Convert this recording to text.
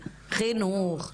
חינוך,